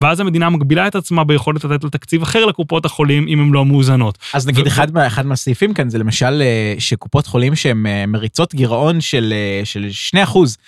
ואז המדינה מגבילה את עצמה ביכולת לתת לתקציב אחר לקופות החולים אם הן לא מאוזנות. אז נגיד אחד מהסעיפים כאן זה למשל שקופות חולים שהן מריצות גירעון של 2%.